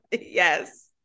Yes